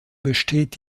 besteht